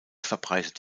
verbreitet